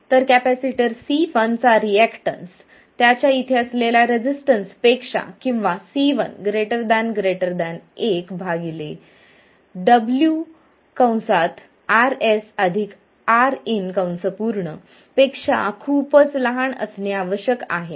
तर capacitor C1 चा reactance त्याच्या इथे असलेल्या रेसिस्टन्स पेक्षा किंवा C11RsRinपेक्षा खूपच लहान असणे आवश्यक आहे